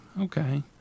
okay